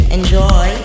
Enjoy